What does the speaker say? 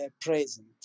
present